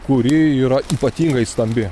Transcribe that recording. kuri yra ypatingai stambi